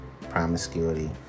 promiscuity